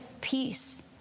peace